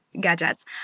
Gadgets